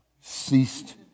ceased